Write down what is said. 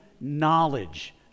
knowledge